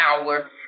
power